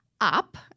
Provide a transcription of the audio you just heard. up